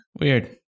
weird